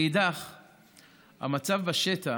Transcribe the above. מאידך גיסא, המצב בשטח